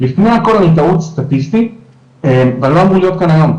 לפני הכול אני טעות סטטיסטית ואני לא אמור להיות כאן היום,